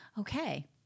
okay